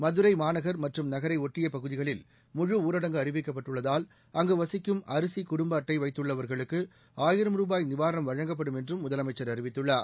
மதுரை மாநகர் மற்றும் நகரையொட்டிய பகுதிகளில் முழு ஊரடங்கு அறிவிக்கப்பட்டுள்ளதால் அங்கு வசிக்கும் அரிசி குடும்ப அட்டை வைத்துள்ளவர்களுக்கு ஆயிரம் ரூபாய் நிவாரணம் வழங்கப்படும் என்றும் முதலமைச்சர் அறிவித்துள்ளார்